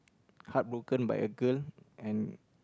heartbroken by a girl and